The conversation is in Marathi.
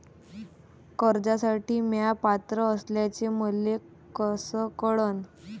कर्जसाठी म्या पात्र असल्याचे मले कस कळन?